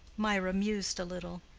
mirah mused a little.